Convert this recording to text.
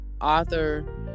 author